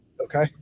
Okay